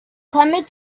clamored